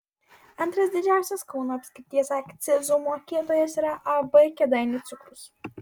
antras didžiausias kauno apskrities akcizų mokėtojas yra ab kėdainių cukrus